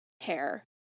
hair